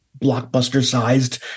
blockbuster-sized